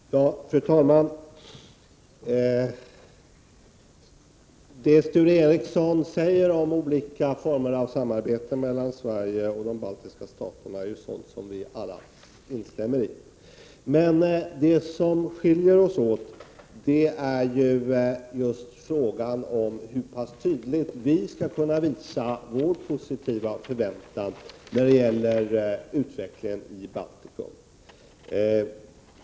Prot. 1988/89:30 Fru talman! Det som Sture Ericson säger om olika former av samarbete 23 november 1988 mellan Sverige och de baltiska staterna instämmer vi alla i. Men det som Sveri; latis skiljer oss åt är frågan om hur tydligt vi skall visa vår positiva förväntan när Mdetalhiktr Aa det gäller utvecklingen i Baltikum.